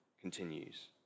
continues